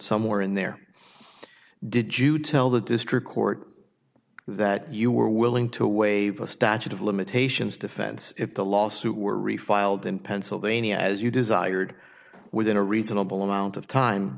somewhere in there did you tell the district court that you were willing to waive a statute of limitations defense if the lawsuit were refiled in pennsylvania as you desired within a reasonable amount of time